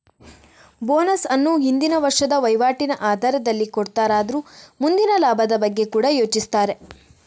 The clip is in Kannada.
ಬೋನಸ್ ಅನ್ನು ಹಿಂದಿನ ವರ್ಷದ ವೈವಾಟಿನ ಆಧಾರದಲ್ಲಿ ಕೊಡ್ತಾರಾದ್ರೂ ಮುಂದಿನ ಲಾಭದ ಬಗ್ಗೆ ಕೂಡಾ ಯೋಚಿಸ್ತಾರೆ